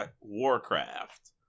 Warcraft